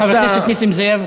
חבר הכנסת נסים זאב,